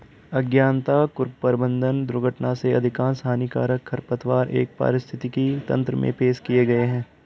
अज्ञानता, कुप्रबंधन, दुर्घटना से अधिकांश हानिकारक खरपतवार एक पारिस्थितिकी तंत्र में पेश किए गए हैं